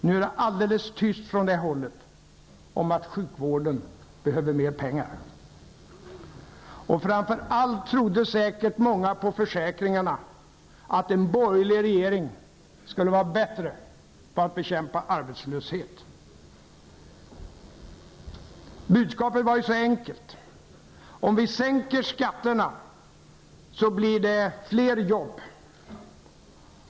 Nu är det alldeles tyst från det hållet om att sjukvården behöver mer pengar. Och framför allt trodde säkert många på försäkringarna att en borgerlig regering skulle vara bättre på att bekämpa arbetslöshet. Budskapet var ju så enkelt: Om vi sänker skatterna, så blir det fler jobb.